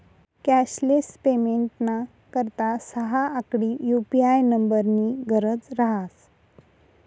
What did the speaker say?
cashless पेमेंटना करता सहा आकडी यु.पी.आय नम्बरनी गरज रहास